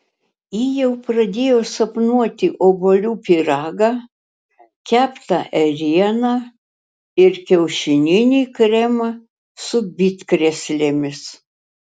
ji jau pradėjo sapnuoti obuolių pyragą keptą ėrieną ir kiaušininį kremą su bitkrėslėmis